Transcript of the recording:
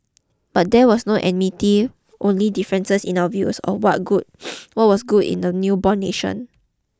but there was no enmity only differences in our views of what good what was good in the newborn nation